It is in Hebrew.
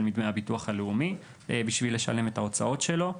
מדמי הביטוח הלאומי בשביל לשלם את ההוצאות שלו.